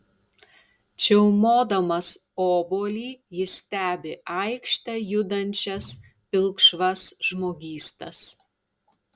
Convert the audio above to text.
čiaumodamas obuolį jis stebi aikšte judančias pilkšvas žmogystas